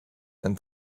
and